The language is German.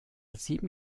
sieben